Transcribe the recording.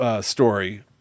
story